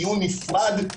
דיון נפרד,